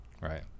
Right